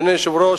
אדוני היושב-ראש,